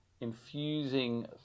infusing